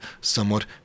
somewhat